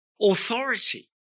authority